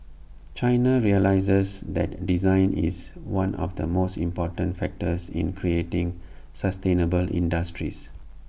China realises that design is one of the most important factors in creating sustainable industries